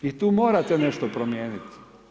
I tu morate nešto promijeniti.